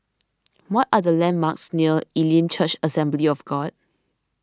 what are the landmarks near Elim Church Assembly of God